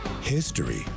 History